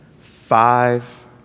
five